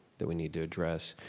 that we need to address.